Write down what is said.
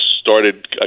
started